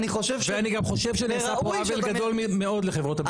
ואני גם חושב שנעשה פה עוול גדול מאוד לחברות הביטוח.